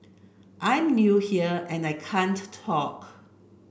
I'm new here and I can't talk